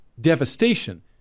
devastation